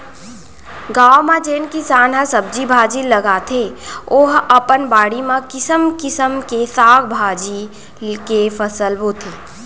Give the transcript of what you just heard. गाँव म जेन किसान ह सब्जी भाजी लगाथे ओ ह अपन बाड़ी म किसम किसम के साग भाजी के फसल बोथे